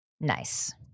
Nice